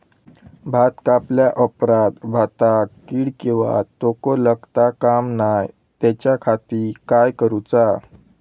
भात कापल्या ऑप्रात भाताक कीड किंवा तोको लगता काम नाय त्याच्या खाती काय करुचा?